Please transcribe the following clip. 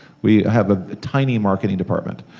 we have a tiny marketing department,